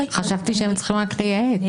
חשבתי שהם צריכים רק לייעץ.